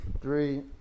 three